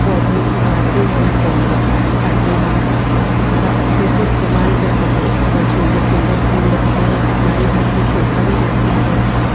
पौधे उगाते रहना चाहिए ताकि हम उसका अच्छे से इस्तेमाल कर सके अगर सुंदर सुंदर फूल लगते है तो हमारे घर की शोभा भी बढ़ती है